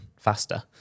faster